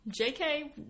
JK